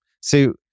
So-